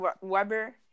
Weber